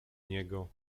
niego